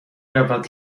رود